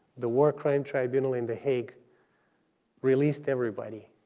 the war crime tribunal in the hague released everybody,